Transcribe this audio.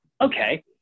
okay